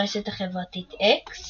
ברשת החברתית אקס